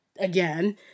again